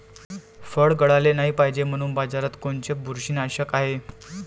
फळं गळाले नाही पायजे म्हनून बाजारात कोनचं बुरशीनाशक हाय?